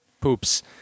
Poops